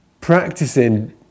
practicing